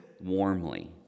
warmly